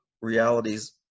realities